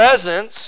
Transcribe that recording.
presence